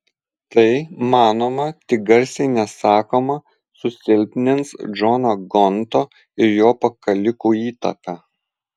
tai manoma tik garsiai nesakoma susilpnins džono gonto ir jo pakalikų įtaką